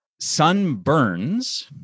sunburns